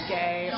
gay